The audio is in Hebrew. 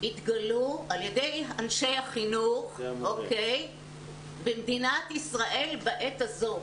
התגלו על-ידי אנשי החינוך במדינת ישראל בעת הזאת?